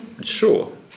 sure